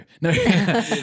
No